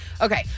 Okay